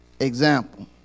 example